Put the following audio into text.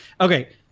okay